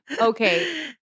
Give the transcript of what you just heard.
Okay